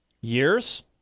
Years